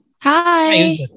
Hi